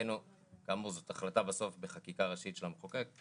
כאמור זאת בסוף החלטה בחקיקה ראשית של המחוקק,